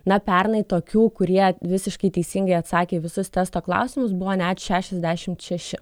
na pernai tokių kurie visiškai teisingai atsakė į visus testo klausimus buvo net šešiasdešimt šeši